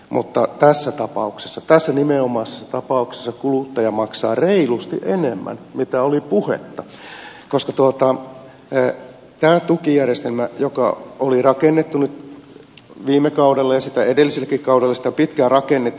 mutta tässä tapauksessa tässä nimenomaisessa tapauksessa kuluttaja maksaa reilusti enemmän kuin oli puhetta koska tätä tukijärjestelmää joka oli rakennettu viime kaudella ja sitä edelliselläkin kaudella on pitkään rakennettu